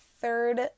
third